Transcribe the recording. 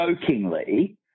jokingly